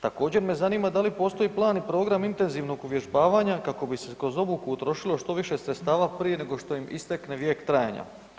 Također me zanima da li postoji plan i program intenzivnog uvježbavanja kako bi se kroz obuku utrošilo što više sredstava prije nego što im istekne vijek trajanja?